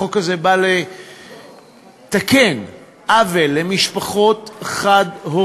החוק הזה בא לתקן עוול למשפחות חד-הוריות,